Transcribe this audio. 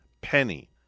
penny